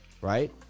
right